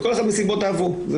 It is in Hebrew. וכל אחד מסיבותיו הוא.